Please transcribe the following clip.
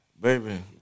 baby